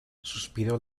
suspiró